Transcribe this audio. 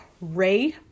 Ray